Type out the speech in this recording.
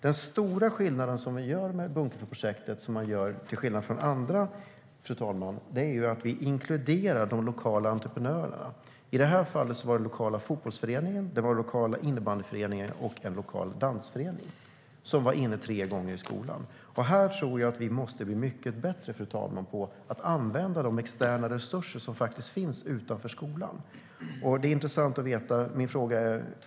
Den stora skillnaden med Bunkefloprojektet, fru talman, är att de lokala entreprenörerna inkluderas. I det här fallet är det den lokala fotbollsföreningen, den lokala innebandyföreningen och en lokal dansförening. De har varit tre gånger i skolan. Här måste vi bli mycket bättre på att använda de externa resurser som faktiskt finns utanför skolan. Jag har två frågor.